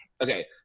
okay